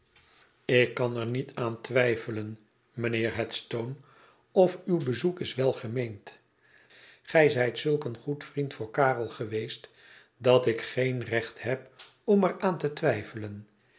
ik kan er niet aan twijfelen mijnheer headstone of uw bezoek is welgemeend gij zijt zulk een goed vriend voor karel geweest dat ik geen recht heb om er aan te twijfelen